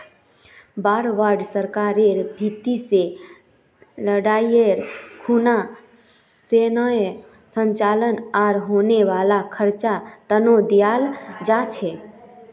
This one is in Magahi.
वॉर बांड सरकारेर भीति से लडाईर खुना सैनेय संचालन आर होने वाला खर्चा तने दियाल जा छे